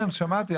שמעתי,